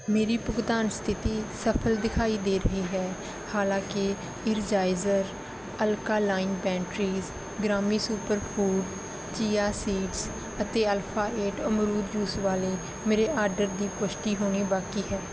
ਮੇਰੀ ਭੁਗਤਾਨ ਸਥਿਤੀ ਸਫਲ ਦਿਖਾਈ ਦੇ ਰਹੀ ਹੈ ਹਾਲਾਂਕਿ ਇੰਰਜਾਇਜ਼ਰ ਅਲਕਾਲਾਇਨ ਬੈਟਰੀਜ਼ ਗ੍ਰਾਮੀ ਸੁਪਰ ਫੂਡ ਚੀਆ ਸੀਡਜ਼ ਅਤੇ ਅਲਫਾ ਏਟ ਅਮਰੂਦ ਜੂਸ ਵਾਲੇ ਮੇਰੇ ਆਰਡਰ ਦੀ ਪੁਸ਼ਟੀ ਹੋਣੀ ਬਾਕੀ ਹੈ